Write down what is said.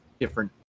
different